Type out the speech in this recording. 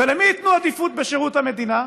ולמי ייתנו עדיפות בשירות המדינה?